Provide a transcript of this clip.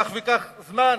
כך וכך זמן,